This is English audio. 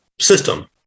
system